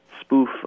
spoof